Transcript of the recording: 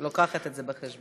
אז אני מביאה את זה בחשבון.